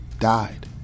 died